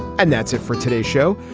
and that's it for today's show.